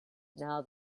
now